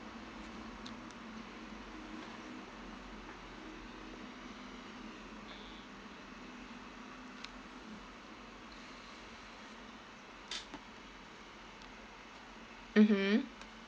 mmhmm